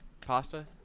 Pasta